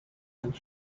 and